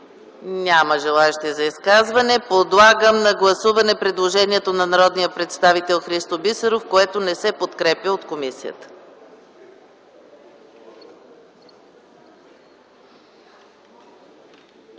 Няма желаещи за изказване. Подлагам на гласуване предложението на народния представител Христо Бисеров, което не се подкрепя от комисията.